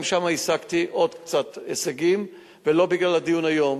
גם שם השגתי עוד קצת הישגים, ולא בגלל הדיון היום.